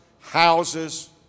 houses